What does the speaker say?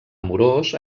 amorós